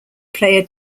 player